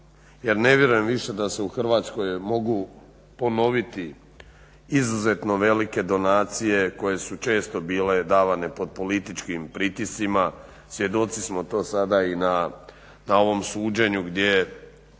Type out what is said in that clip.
jer ne vjerujem da se više u Hrvatskoj mogu ponoviti izuzetno velike donacije koje su često bile davane pod političkim pritiscima svjedoci smo to sada i na ovom suđenju gdje